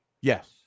Yes